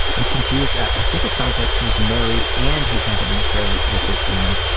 i'm confused. i think it sounds like he's married and he's having an affair with this woman,